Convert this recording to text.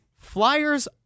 Flyers